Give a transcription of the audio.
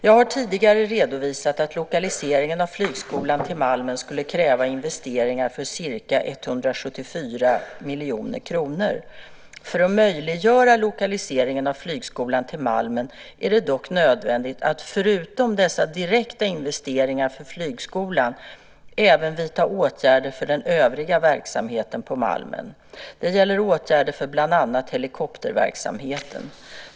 Jag har tidigare redovisat att lokaliseringen av flygskolan till Malmen skulle kräva investeringar för ca 174 miljoner kronor. För att möjliggöra lokaliseringen av flygskolan till Malmen är det dock nödvändigt att, förutom dessa direkta investeringar för flygskolan, även vidta åtgärder för den övriga verksamheten på Malmen. Det gäller åtgärder för bland annat helikopterverksamheten.